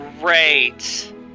Great